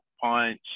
Punch